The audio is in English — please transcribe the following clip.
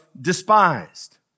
despised